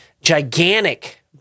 gigantic